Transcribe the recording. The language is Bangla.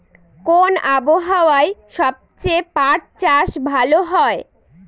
কোন আবহাওয়ায় সবচেয়ে পাট চাষ ভালো হয়?